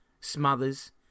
smothers